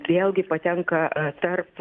vėlgi patenka tarp